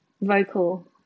vocal